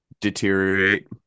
Deteriorate